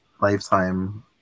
Lifetime